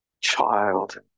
child